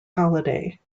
holiday